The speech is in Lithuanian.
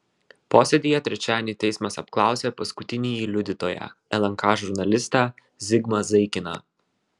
posėdyje trečiadienį teismas apklausė paskutinįjį liudytoją lnk žurnalistą zigmą zaikiną